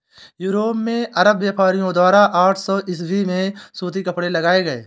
Europe में अरब व्यापारियों द्वारा आठ सौ ईसवी में सूती कपड़े लाए गए